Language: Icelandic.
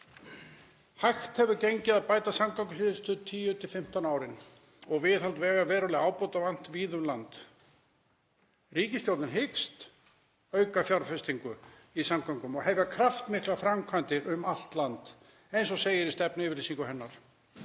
Hægt hefur gengið að bæta samgöngur síðustu 10–15 árin og viðhaldi vega er verulega ábótavant víða um land. Ríkisstjórnin hyggst auka fjárfestingu í samgöngum og hefja kraftmiklar framkvæmdir um allt land, eins og segir í stefnuyfirlýsingu hennar.